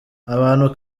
abantu